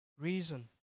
reason